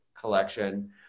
collection